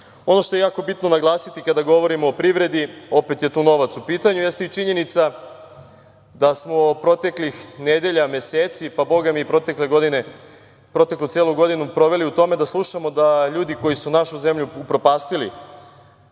što je jako bitno naglasiti kada govorimo o privredi, opet je tu novac u pitanju, jeste i činjenica da smo proteklih nedelja, meseci, pa bogami i proteklu celu godinu proveli u tome da slušamo da ljudi koji su našu zemlju upropastili,